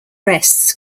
rests